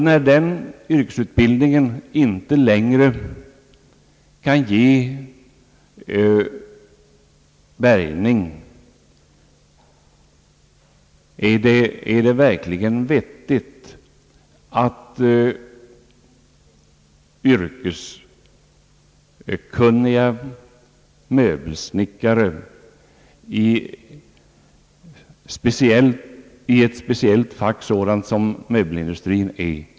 När den långa yrkesutbildningen inte längre kan ge bärgning, är det verkligen vettigt att man då skall för andra arbetsuppgifter omskola den yrkeskunniga personalen inom ett speciellt fack sådant som möbelindustrin?